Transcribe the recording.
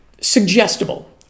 suggestible